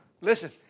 Listen